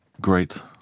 great